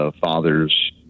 father's